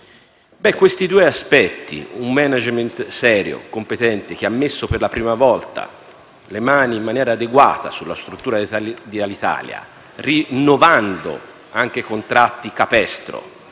Questi due aspetti - un *management* competente e serio, che ha messo per la prima volta le mani in maniera adeguata sulla struttura di Alitalia, negoziando anche contratti capestro